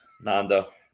Nando